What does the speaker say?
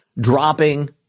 dropping